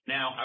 Now